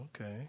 okay